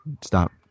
stop